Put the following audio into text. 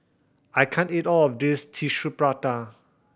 I can't eat all of this Tissue Prata